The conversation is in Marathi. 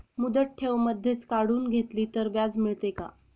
मुदत ठेव मधेच काढून घेतली तर व्याज मिळते का?